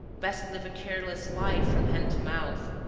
best live a careless life from hand to mouth.